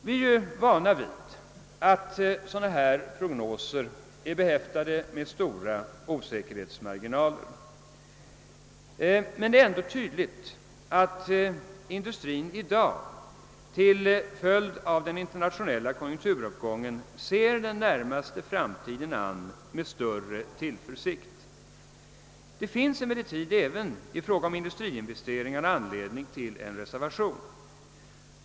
Vi är vana vid att sådana här prognoser har stora osäkerhetsmarginaler. Men det är ändå tydligt att industrin i dag till följd av den internationella konjunkturuppgången ser den närmaste framtiden an med större tillförsikt. Det finns emellertid även i fråga om industriinvesteringarna anledning till en reservation.